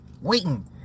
Waiting